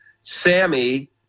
Sammy